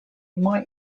might